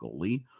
goalie